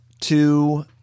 two